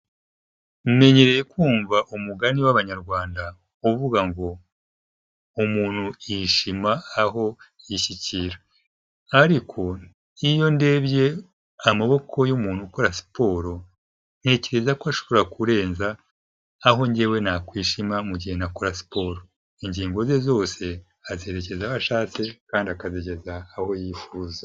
Mumenyereye kumva umugani w'abanyarwanda uvuga ngo:" umuntu yishima aho yishyikira ", ariko iyo ndebye amaboko y'umuntu ukora siporo ntekereza ko ashobora kurenza aho njyewe nakwishima mu gihe ntakora siporo, ingingo ze zose azerekeza aho ashatse kandi akageza aho yifuza.